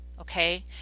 Okay